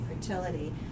fertility